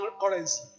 currency